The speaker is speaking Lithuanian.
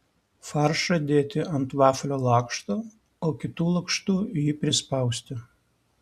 faršą dėti ant vaflio lakšto o kitu lakštu jį prispausti